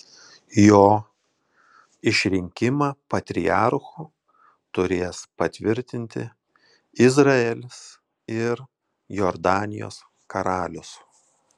jo išrinkimą patriarchu turės patvirtinti izraelis ir jordanijos karalius